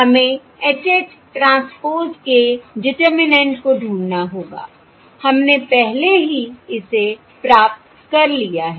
हमें H H transpose के determinant को ढूंढना होगा हमने पहले ही इसे प्राप्त कर लिया है